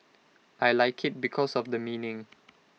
I Like IT because of the meaning